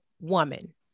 woman